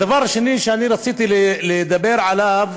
הדבר השני שרציתי לדבר עליו,